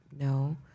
no